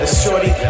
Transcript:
shorty